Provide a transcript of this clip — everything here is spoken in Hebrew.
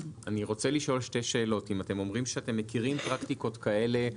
אומרים שאתם מכירים פרקטיקות כאלו,